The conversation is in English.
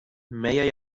may